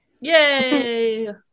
Yay